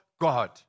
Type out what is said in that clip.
God